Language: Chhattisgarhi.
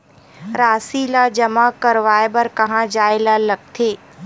राशि ला जमा करवाय बर कहां जाए ला लगथे